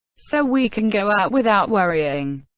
so we can go out without worrying!